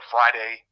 Friday